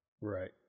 right